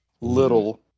little